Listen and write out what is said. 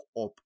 up